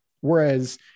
Whereas